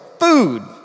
food